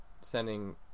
sending